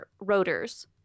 rotors